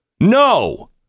No